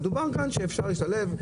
מדובר כאן שאפשר לשלב,